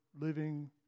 living